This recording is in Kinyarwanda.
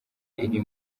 iri